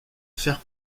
fair